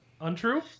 untrue